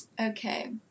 Okay